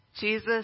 Jesus